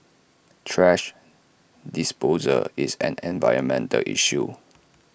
thrash disposal is an environmental issue